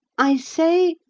i say,